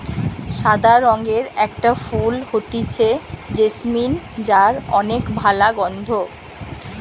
সাদা রঙের একটা ফুল হতিছে জেসমিন যার অনেক ভালা গন্ধ